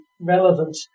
relevant